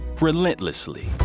relentlessly